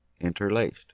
interlaced